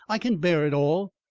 i can bear it all.